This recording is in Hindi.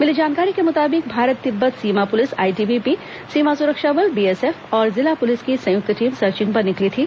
मिली जानकारी के मुताबिक भारत तिब्बत सीमा पुलिस आईटीबीपी सीमा सुरक्षा बल बीएसएफ और जिला पुलिस की संयुक्त टीम सर्चिंग पर निकली थी